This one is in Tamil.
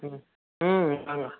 ம் ம் வாங்க